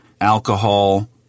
Alcohol